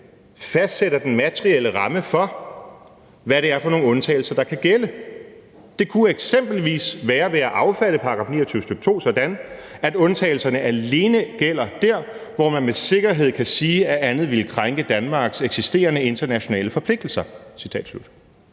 fastsætter den materielle ramme for, hvad det er for nogle undtagelser, der kan gælde. Det kunne f.eks. være ved at affatte § 29, stk. 2 sådan, at undtagelserne alene gælder der, hvor man med sikkerhed kan sige, at andet ville krænke Danmarks eksisterende internationale forpligtelser.